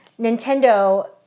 Nintendo